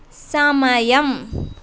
సమయం